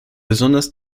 besonders